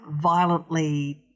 violently